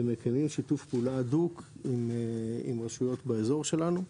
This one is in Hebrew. ומקיימים שיתוף פעולה הדוק עם רשויות באזור שלנו.